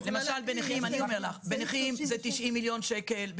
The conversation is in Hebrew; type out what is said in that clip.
למשל בנכים זה 90 מיליון שקל,